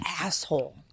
asshole